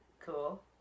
cool